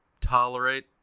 tolerate